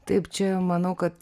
taip čia manau kad